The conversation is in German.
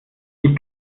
ich